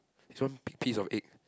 it's one p~ piece of egg